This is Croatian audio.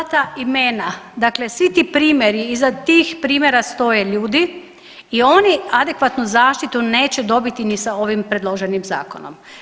Sva ta imena, dakle svi ti primjeri iza tih primjera stoje ljudi i oni adekvatnu zaštitu neće dobiti ni sa ovim predloženim zakonom.